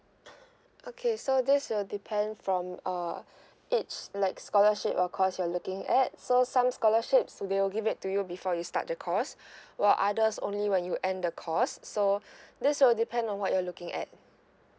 okay so this will depends from uh it's like scholarship or course you're looking at so some scholarships will give it to you before you start the course while others only when you end the course so this will depend on what you're looking at